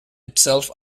itself